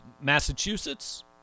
Massachusetts